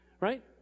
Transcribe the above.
right